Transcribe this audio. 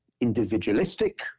individualistic